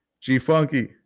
G-Funky